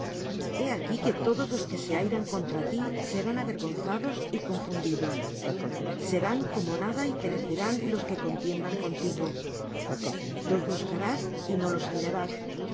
he aquí que todos los que se airan contra ti serán avergonzados y confundidos serán como nada y perecerán los que contienden contigo los buscarás y no los hallarás